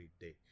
day